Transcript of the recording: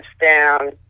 down